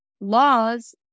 laws